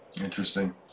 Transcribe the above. Interesting